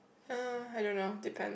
uh I don't know depend